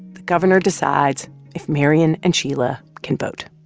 the governor decides if marian and sheila can vote